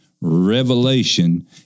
Revelation